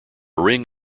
ring